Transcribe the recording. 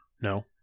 No